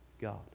God